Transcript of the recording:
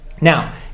Now